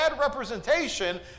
representation